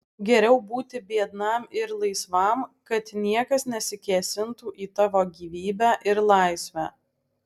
geriau būti biednam ir laisvam kad niekas nesikėsintų į tavo gyvybę ir laisvę